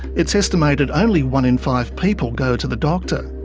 it's estimated only one in five people go to the doctor.